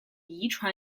遗传